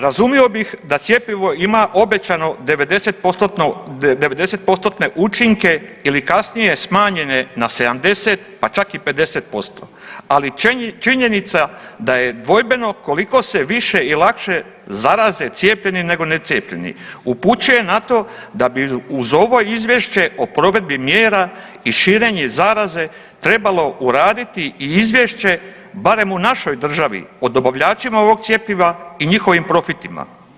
Razumio bih da cjepivo ima obećano 90%-tne učinke ili kasnije smanjene na 70 pa čak i 50%, ali činjenica da je dvojbeno koliko se više i lakše zaraze cijepljeni nego necijepljeni upućuje na to da bi uz ovo izvješće o provedbi mjera i širenje zaraze trebalo uraditi i izvješće barem u našoj državi o dobavljačima ovog cjepiva i njihovim profitima.